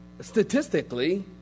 statistically